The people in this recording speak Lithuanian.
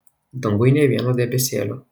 danguj nė vieno debesėlio